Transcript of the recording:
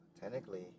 Technically